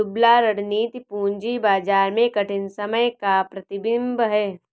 दुबला रणनीति पूंजी बाजार में कठिन समय का प्रतिबिंब है